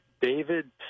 David